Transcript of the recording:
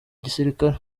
gisirikare